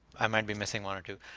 i might be missing one or two.